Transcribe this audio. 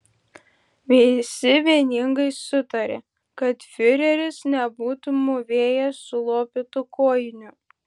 visi vieningai sutarė kad fiureris nebūtų mūvėjęs sulopytų kojinių